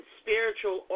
spiritual